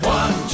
one